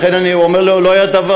לכן אני אומר: לא היה דבר,